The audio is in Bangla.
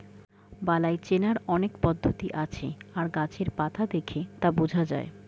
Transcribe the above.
বালাই চেনার অনেক পদ্ধতি আছে আর গাছের পাতা দেখে তা বোঝা যায়